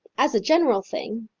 as a general thing.